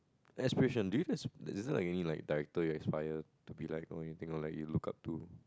aspiration do you guys is there any director you aspired to be like or anything or like you look up to